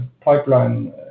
pipeline